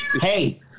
Hey